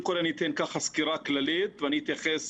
קודם אתן סקירה כללית ואני אתייחס